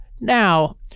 Now